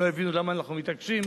הם לא הבינו למה אנחנו מתעקשים,